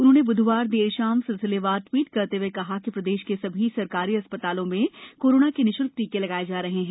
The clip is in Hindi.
उन्होंने बुधवार देर शाम सिलसिलेवार ट्वीट करते हुए कहा है कि प्रदेश के सभी शासकीय अस्पतालों में कोरोना के निःशुल्क टीके लगाए जा रहे हैं